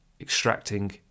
extracting